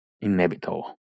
inevitable